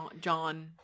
John